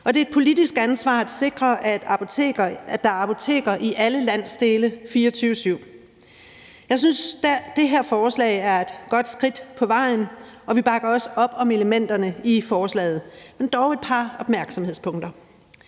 det er et politisk ansvar at sikre, at der er apoteker i alle landsdele 24-7. Jeg synes, at det her forslag er et godt skridt på vejen, og vi bakker også op om elementerne i forslaget, men dog er der et par opmærksomhedspunkter.